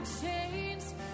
chains